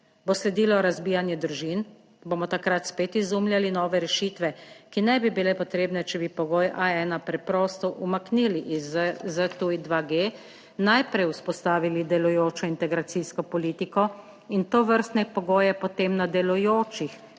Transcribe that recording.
Bo sledilo razbijanje družin? Bomo takrat spet izumljali nove rešitve, ki ne bi bile potrebne, če bi pogoj A1 preprosto umaknili iz ZTuj-2G, najprej vzpostavili delujočo integracijsko politiko in tovrstne pogoje potem na delujočih